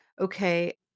okay